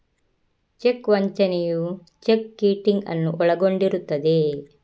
check ವಂಚನೆಯು cheque kiting ಅನ್ನು ಒಳಗೊಂಡಿರುತ್ತದೆ